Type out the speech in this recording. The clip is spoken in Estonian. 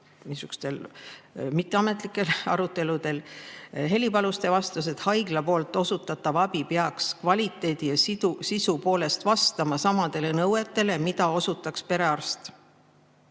niisugustel mitteametlikel aruteludel. Heli Paluste vastas, et haigla osutatav abi peaks kvaliteedi ja sisu poolest vastama samadele nõuetele, kui see abi, mida osutaks perearst.